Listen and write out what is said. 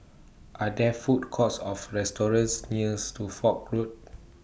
Are There Food Courts of restaurants near Suffolk Road